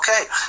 okay